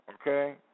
okay